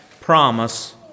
promise